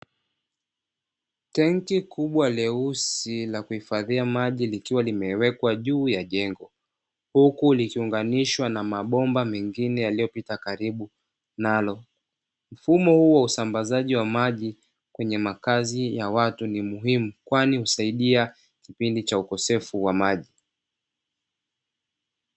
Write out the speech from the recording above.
Tangi kubwa leusi la kuhifadhia maji likiwa limewekwa juu ya jengo, huku likiunganishwa na mabomba mengine yaliyopita karibu nalo, mfumo huo usambazaji wa maji kwenye makazi ya watu ni muhimu kwani husaidia kipindi cha ukosefu wa maji.